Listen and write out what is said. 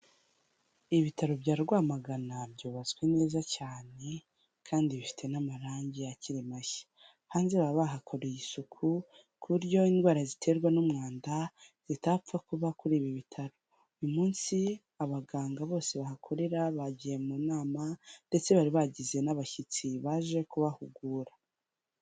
Ibitaro bya Rwamagana byubatswe neza cyane, kandi bifite n'amarangi akiri mashya. Hanze baba bahakoreye isuku, ku buryo n'indwara ziterwa n'umwanda zitapfa kuba kuri ibi bitaro. Uyu munsi abaganga bose bahakorera bagiye mu nama, ndetse bari bagize n'abashyitsi baje kubahugura.